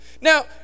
Now